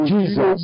Jesus